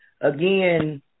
again